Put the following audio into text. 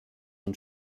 und